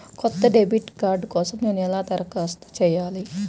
కొత్త debit card కోసం నేను ఎలా దరఖాస్తు చేయాలి?